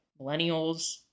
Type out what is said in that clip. Millennials